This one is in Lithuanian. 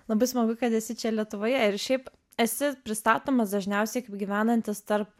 labai smagu kad esi čia lietuvoje ir šiaip esi pristatomas dažniausiai kaip gyvenantis tarp